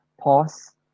pause